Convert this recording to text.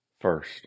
first